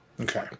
Okay